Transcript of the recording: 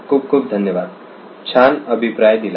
खूप खूप धन्यवाद छान अभिप्राय दिला